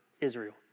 Israel